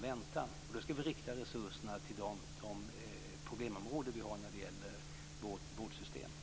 Vi ska rikta resurserna till de problemområden som vi har i vårt system.